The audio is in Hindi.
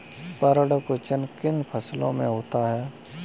पर्ण कुंचन किन फसलों में होता है?